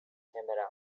camera